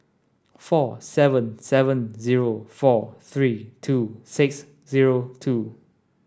four seven seven zero four three two six zero two